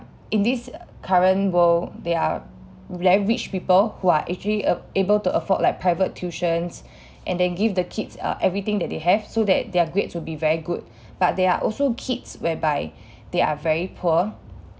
in this current world there are very rich people who are actually able to afford like private tuitions and then give the kids uh everything that they have so that their grades will be very good but there are also kids whereby they are very poor